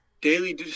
daily